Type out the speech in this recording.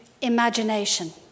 imagination